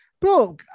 Bro